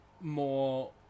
more